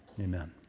Amen